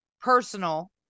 personal